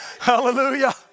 Hallelujah